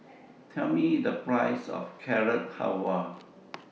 Tell Me The Price of Carrot Halwa